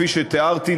כפי שתיארתי,